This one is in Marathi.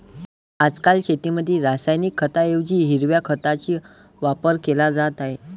आजकाल शेतीमध्ये रासायनिक खतांऐवजी हिरव्या खताचा वापर केला जात आहे